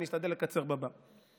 אני אשתדל לקצר בנאום הבא.